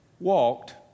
Walked